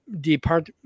depart